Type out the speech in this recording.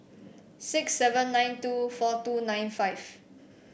six seven nine two four two nine five